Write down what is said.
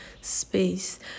space